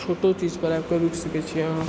छोटो चीजपर आबिके रुकि सकै छी अहाँ